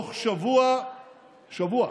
בתוך שבוע שבוע